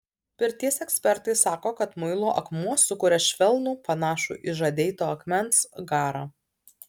pirties ekspertai sako kad muilo akmuo sukuria švelnų panašų į žadeito akmens garą